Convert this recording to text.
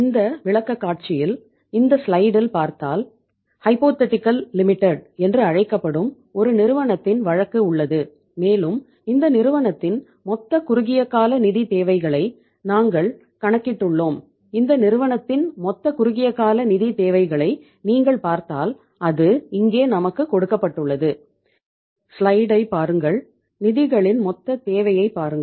இந்த விளக்கக்காட்சியில் இந்த ஸ்லைடில் பாருங்கள் நிதிகளின் மொத்தத் தேவையைப் பாருங்கள்